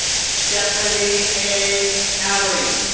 stephanie a. talley.